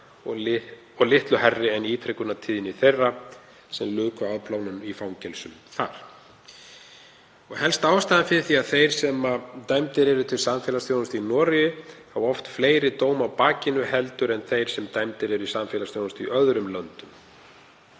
og litlu hærri en ítrekunartíðni þeirra sem luku afplánun í fangelsum þar. Helsta ástæðan fyrir því er að þeir sem dæmdir eru til samfélagsþjónustu í Noregi hafa oft fleiri dóma á bakinu en þeir sem dæmdir eru í samfélagsþjónustu í öðrum löndum.